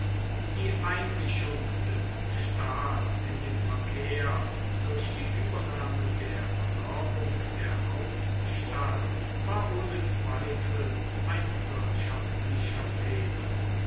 die einmischung des staats in den verkehr durch die übernahme der versorgung der hauptstadt war ohne zweifel ein wirtschaftlicher fehler